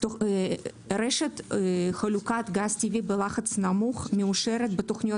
רשת חלוקת גז טבעי בלחץ נמוך מאושרת בתוכניות